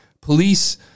police